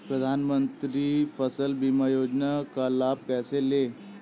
प्रधानमंत्री फसल बीमा योजना का लाभ कैसे लें?